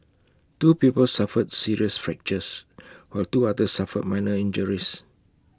two people suffered serious fractures while two others suffered minor injuries